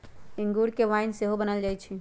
इंगूर से वाइन सेहो बनायल जाइ छइ